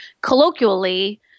colloquially